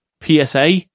PSA